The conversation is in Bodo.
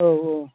औ औ